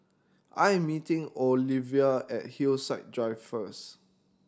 I am meeting Olevia at Hillside Drive first